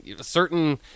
certain